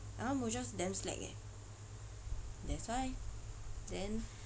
ah Mujosh damn slack eh that's why then